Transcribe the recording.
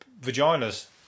vaginas